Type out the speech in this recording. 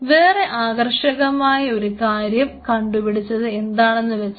വേറെ ആകർഷകമായ ഒരു കാര്യം കണ്ടുപിടിച്ചത് എന്താണെന്നുവെച്ചാൽ